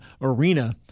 Arena